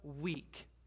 weak